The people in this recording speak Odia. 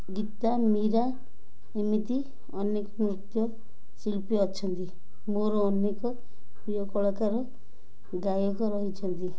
ଗୀତା ମୀରା ଏମିତି ଅନେକ ନୃତ୍ୟ ଶିଳ୍ପୀ ଅଛନ୍ତି ମୋର ଅନେକ ପ୍ରିୟ କଳାକାର ଗାୟକ ରହିଛନ୍ତି